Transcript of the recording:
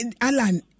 Alan